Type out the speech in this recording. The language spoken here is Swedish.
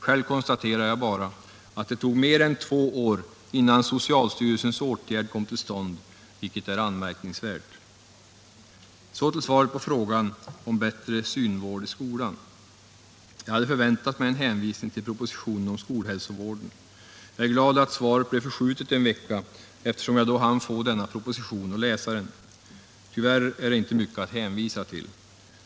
Själv konstaterar jag bara att det tog mer än två år innan socialstyrelsens åtgärd kom till stånd, vilket är anmärkningsvärt. Så till svaret på frågan om bättre synvård i skolan. Jag hade förväntat mig en hänvisning till propositionen om skolhälsovården. Jag är glad att svaret blev förskjutet en vecka eftersom jag då hann få tag i och läsa denna proposition. Tyvärr är det inte mycket att hänvisa till.